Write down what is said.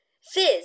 fizz